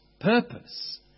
purpose